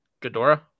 Ghidorah